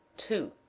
two.